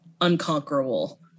unconquerable